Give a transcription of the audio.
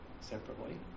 Separately